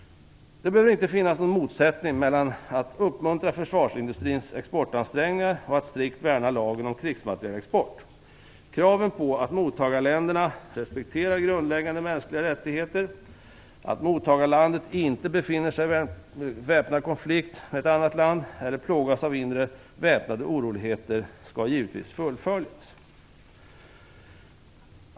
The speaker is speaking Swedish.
Det behöver inte finnas någon motsättning mellan att uppmuntra försvarsindustrins exportansträngningar och att strikt värna lagen om krigsmaterielexport. Kraven på att mottagarländerna respekterar grundläggande mänskliga rättigheter, att mottagarlandet inte befinner sig i väpnad konflikt med ett annat land eller plågas av inre väpnade oroligheter skall givetvis efterföljas.